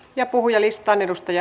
ja puhujalistaan